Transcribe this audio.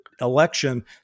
election